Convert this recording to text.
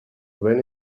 when